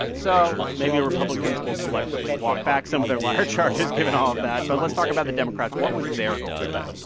so maybe republicans will selectively walk back some of their liar charges, given all of that. but let's talk about the democrats. what was their goal today?